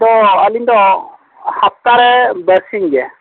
ᱛᱚ ᱟᱹᱞᱤᱧ ᱫᱚ ᱦᱟᱯᱛᱟ ᱨᱮ ᱵᱟᱨᱥᱤᱧ ᱜᱮ